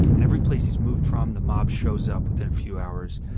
and every place he's moved from, the mob shows up within a few hours.